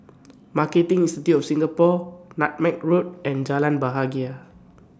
Marketing Institute of Singapore Nutmeg Road and Jalan Bahagia